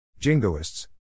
Jingoists